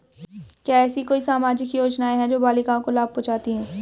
क्या ऐसी कोई सामाजिक योजनाएँ हैं जो बालिकाओं को लाभ पहुँचाती हैं?